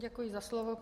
Děkuji za slovo.